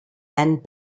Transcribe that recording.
and